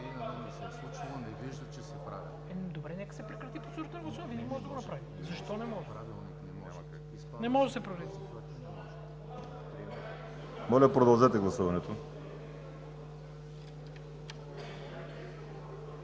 Моля, продължете гласуването!